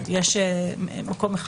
יש מקום אחד.